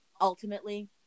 ultimately